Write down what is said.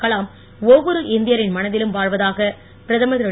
கலாம் ஒவ்வொரு இந்தியரின் மனதிலும் வாழ்வதாக பிரதமர் திரு